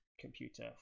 computer